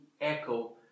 echo